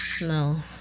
No